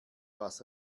was